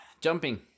jumping